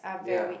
ya